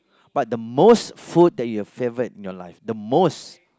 but the most food that you've favored in your life the most